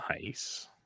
nice